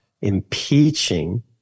Impeaching